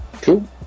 Cool